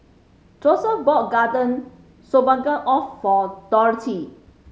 Joesph bought Garden Stroganoff for Dorthy